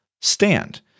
stand